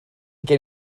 gen